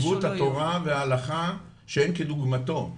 זה עיוות התורה וההלכה שאין כדוגמתו.